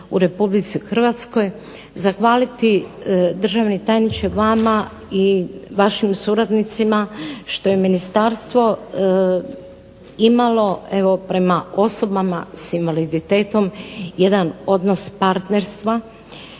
u Republici Hrvatskoj, zahvaliti državni tajniče vama i vašim suradnicima što je ministarstvo imalo evo prema osobama s invaliditetom jedan odnos partnerstva,